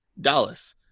Dallas